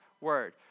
word